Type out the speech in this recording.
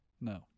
No